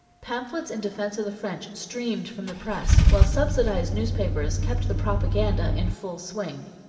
pamphlets in defense of the french streamed from the press, while subsidized newspapers kept the propaganda in full swing.